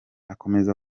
akomeza